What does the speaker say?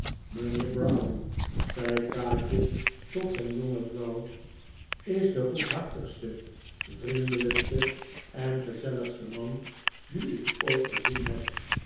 mijnheer browdie zei kaatje tot zijn jonge vrouw is de goedhartigste vriendelijkste en gezelligste man dien ik ooit gezien heb